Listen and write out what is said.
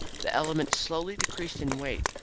the element slowly decreased in weight,